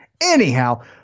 Anyhow